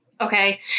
okay